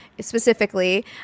specifically